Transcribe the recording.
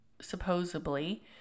supposedly